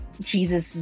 Jesus